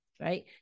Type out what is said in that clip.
Right